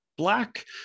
Black